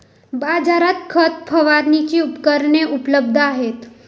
बाजारात खत फवारणीची उपकरणे उपलब्ध आहेत